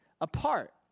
apart